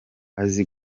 azi